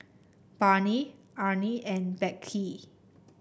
Barney Arne and Beckett